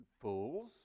fools